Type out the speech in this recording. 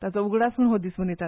ताचो उगडास म्हणून हो दीस मनयतात